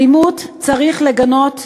אלימות צריך לגנות,